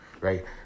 right